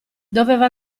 doveva